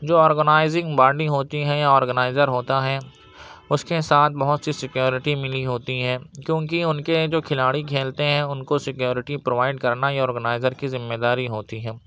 جو organising body ہوتی ہے آرگنائزر ہوتا ہے اس کے ساتھ بہت سی سکیوریٹی ملی ہوتی ہیں جو ان کی ان کے جو کھلاڑی کھیلتے ہیں ان کو سکیوریٹی پرووائڈ کرنا یہ آرگنائزر کی ذمہ داری ہوتی ہے